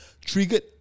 triggered